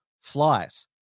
flight